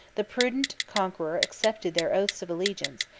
the prudent conqueror accepted their oaths of allegiance,